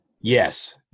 yes